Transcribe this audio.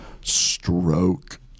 stroke